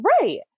right